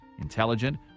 intelligent